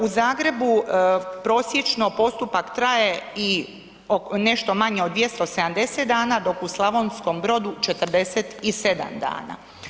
U Zagrebu prosječno postupak traje i nešto manje od 270 dana dok u Slavonskom Brodu 47 dana.